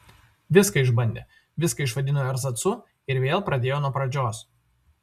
viską išbandė viską išvadino erzacu ir vėl pradėjo nuo pradžios